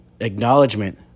acknowledgement